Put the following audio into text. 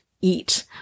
eat